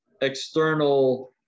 external